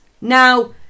Now